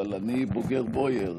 אבל אני בוגר בויאר.